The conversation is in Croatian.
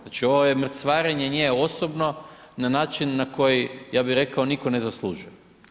Znači ovo je mrcvarenje nje osobno na način na koji, ja bi rekao, nitko ne zaslužuje.